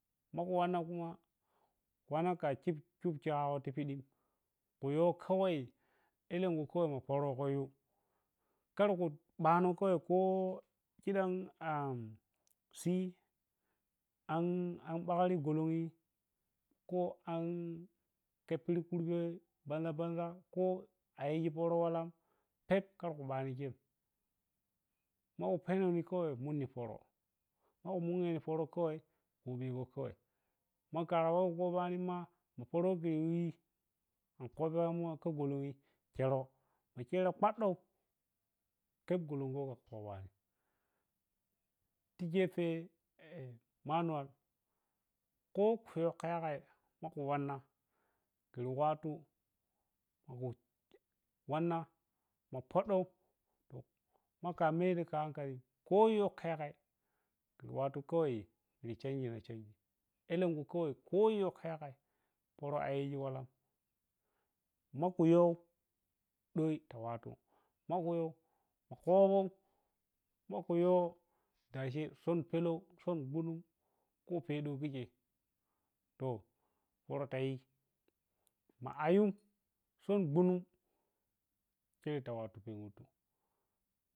Maku wannankuma ku wanna ka chip chigagoti pidin kuyow kawai elenku komai ma potogu yhu karku bani kawai ko chimma ma si an an npagri golonghi ko an keppiri khurbe banza-banza ko ayiji poro walan, ke, karke bano chei maku penni kawai munni poro maku munghe poro kawai kobego kawai ma kari wawi kabanin ma. poro we kuryi ma kobon ka golonghi cheroe ma chelro ɓaɗɗou kep golongo ka kobamu tigefe manuwal kayow ka yagai ki wnna ku wattu ku wanna ma fodou maka medi hankalin koyow kayangai ti wattu kawai ti chenjina-chenji elenku kawai ko yow ka yagai poro ayji walan maku yow doi te wattu maku yow kobow maku yow dace son pelou, son gbunum son pedou kichei to poro tati ma’a yum son gbunun cheriti waltu kugo.